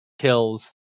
Kills